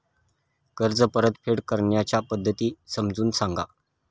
कर्ज परतफेड करण्याच्या पद्धती समजून सांगा